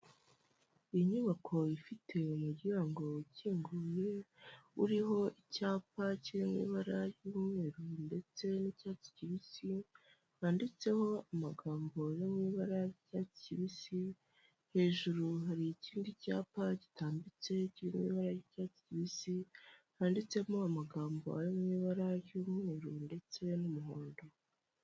Inyubako ifite umuryango ukinguye uriho icyapa kirimo ibara ry'umweru ndetse n'icyatsi kibisi cyanditseho amagambo yo mu ibara ry'icyatsi kibisi, hejuru hari ikindi cyapa gitambitse kiri m'ibara ry'icyatsi kibisi handitsemo amagambo ari m'ibara ry'umweru ndetse n'umuhondo.